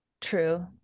True